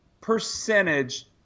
percentage